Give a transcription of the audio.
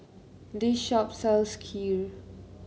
this shop sells Kheer